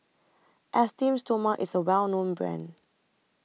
Esteem Stoma IS A Well known Brand